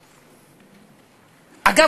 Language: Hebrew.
אגב,